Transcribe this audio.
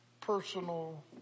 personal